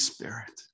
Spirit